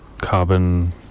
carbon